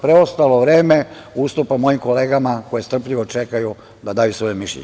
Preostalo vreme ustupam mojim kolegama koje strpljivo čekaju da daju svoje mišljenje.